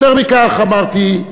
יותר מכך, אמרתי,